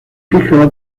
fija